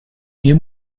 nie